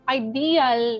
ideal